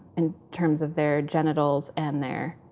in terms of their genitals and their